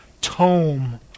tome